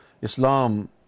Islam